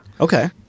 Okay